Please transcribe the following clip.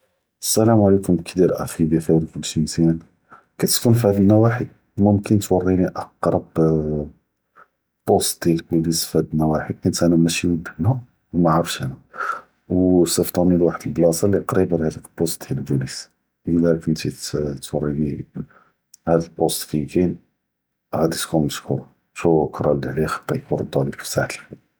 السلام עליכום, קיידאיר אחי בכיר כולשי מזיאן כתסכן פי האד נוואחאי, מומקין תוריני אקרב בوسط דיאל פוליס פי האד נוואחאי חית אנה מאשי מן כאן ומא עראף כאן, וסיפטוני לחד פלאסה לי קריבה להאד בوسط דיאל פוליס. אלא كنتי ת תאטוריני להאד בوسط פין כאין, ראדי תכון מושקור, שוקרא ליק, אללה לאיחטיק ונרדהלק פ סעה אלח’יר.